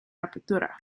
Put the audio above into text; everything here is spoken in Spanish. apertura